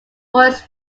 voice